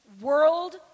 world